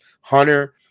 Hunter